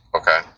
Okay